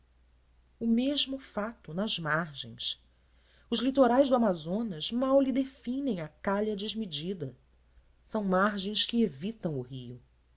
o mesmo fato nas margens os litorais do amazonas mal lhe definem a calha desmedida são margens que evitam o rio